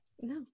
no